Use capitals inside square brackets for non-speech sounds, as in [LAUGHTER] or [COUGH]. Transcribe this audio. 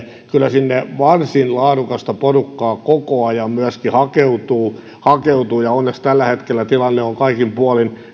[UNINTELLIGIBLE] kyllä sinne varsin laadukasta porukkaa koko ajan myöskin hakeutuu hakeutuu ja onneksi tällä hetkellä tilanne on ymmärtääkseni kaikin puolin